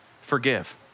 forgive